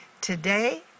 Today